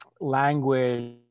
language